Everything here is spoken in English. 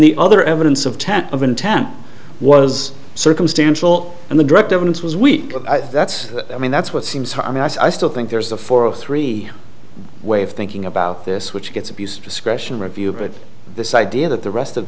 the other evidence of ten of intent was circumstantial and the direct evidence was weak that's i mean that's what seems harmless i still think there's a four zero three way of thinking about this which gets abused discretion review but this idea that the rest of